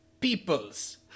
Peoples